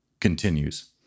continues